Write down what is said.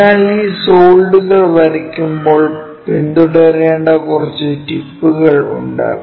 അതിനാൽ ഈ സോളിഡുകൾ വരയ്ക്കുമ്പോൾ പിന്തുടരേണ്ട കുറച്ച് ടിപ്പുകൾ ഉണ്ട്